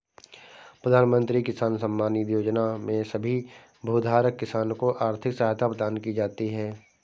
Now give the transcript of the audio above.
प्रधानमंत्री किसान सम्मान निधि योजना में सभी भूधारक किसान को आर्थिक सहायता प्रदान की जाती है